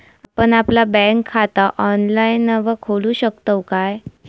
आपण आपला बँक खाता ऑनलाइनव खोलू शकतव काय?